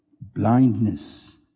blindness